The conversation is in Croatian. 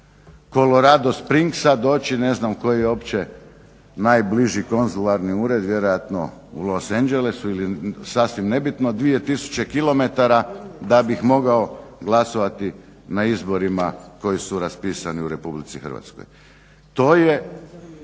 Colorado Springsa doći ne znam koji uopće najbliži konzularni ured, vjerojatno u Los Angeles ili sasvim nebitno, 2000 km da bih mogao glasovati na izborima koji su raspisani u RH. To je